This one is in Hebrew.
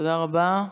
תודה רבה.